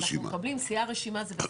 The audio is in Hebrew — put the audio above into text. סיעה רשימה זה בסדר.